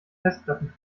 festplatten